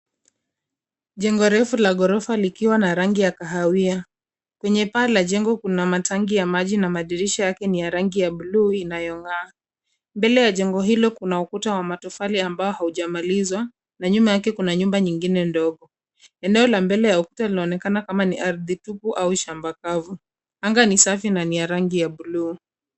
Jengo refu la gorofa likiwa na ya kahawia, kwenye paa la njengo kuna matangi ya maji na madirisha yake ni ya rangi ya blue inayongaa. Mbele ya jengo hilo kuna ukuta wa matofali ambao haujamalizwa na nyuma yake kuna nyumba nyingine ndogo. Eneo la mbele ya ukuta linaonekana kama ni ardhi tupu au shamba kavu. Anga ni safi na ni ya rangi ya blue .